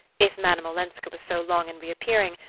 if madame olenska was so long in reappearing,